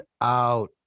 out